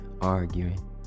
arguing